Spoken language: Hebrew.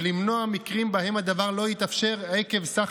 ולמנוע מקרים שבהם הדבר לא יתאפשר עקב סד